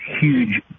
huge